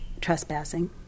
Trespassing